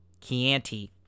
Chianti